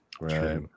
Right